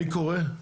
מי קורא?